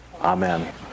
Amen